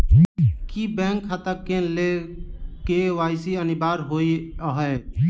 की bank खाता केँ लेल के.वाई.सी अनिवार्य होइ हएत?